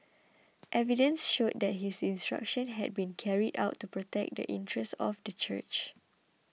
evidence showed that his instructions had been carried out to protect the interests of the church